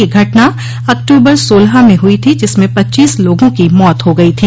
यह घटना अक्टूबर सोलह में हुई थी जिसमें पच्चीस लोगों की मौत हो गई थी